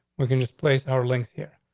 we can just place our links here.